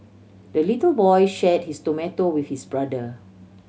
the little boy shared his tomato with his brother